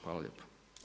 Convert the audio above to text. Hvala lijepa.